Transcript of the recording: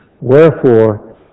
Wherefore